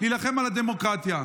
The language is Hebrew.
נילחם על הדמוקרטיה.